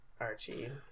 Archie